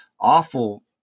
awful